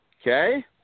Okay